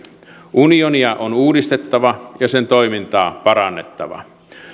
unionia on uudistettava ja sen toimintaa parannettava